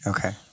Okay